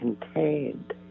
contained